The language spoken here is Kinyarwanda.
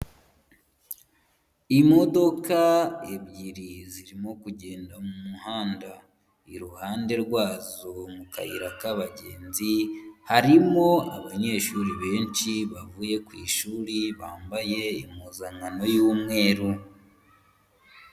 Imodoka ebyiri zirimo kugenda mu muhanda, iruhande rwazo mu kayira k'abagenzi harimo abanyeshuri benshi bavuye ku ishuri bambaye impuzankano y'umweru.